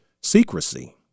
secrecy